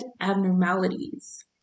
abnormalities